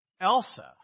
Elsa